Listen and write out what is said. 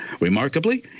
Remarkably